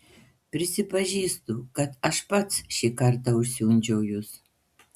prisipažįstu kad aš pats šį kartą užsiundžiau jus